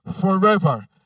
forever